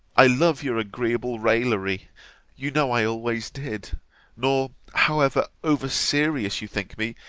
i love your agreeable raillery you know i always did nor, however over-serious you think me,